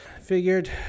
Figured